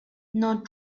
not